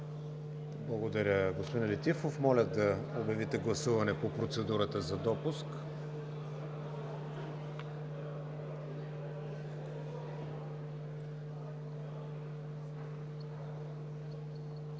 Благодаря, господин Летифов. Моля да гласувате по процедурата за допуск.